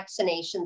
vaccinations